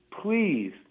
please